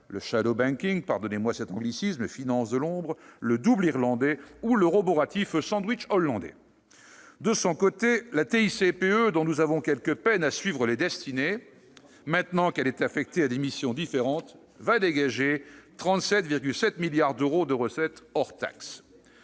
de transfert, le- pardonnez-moi l'anglicisme -la finance de l'ombre, le « double irlandais » ou le roboratif « sandwich hollandais ». De son côté, la TICPE, dont nous avons quelque peine à suivre les destinées maintenant qu'elle est affectée à des missions différentes, va dégager 37,7 milliards d'euros de recettes, hors taxes.